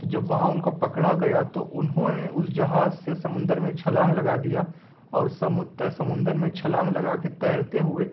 تو جب وہاں ان کو پکڑا گیا تو انہوں نے اس جہاز سے سمندر میں چھلانگ لگا دیا اور سمندر میں چھلانگ لگا کے تیرتے ہوئے